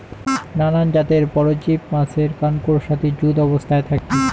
নানান জাতের পরজীব মাছের কানকোর সাথি যুত অবস্থাত থাকি